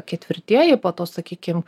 ketvirtieji po to sakykim